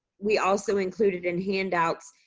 we also included in handouts,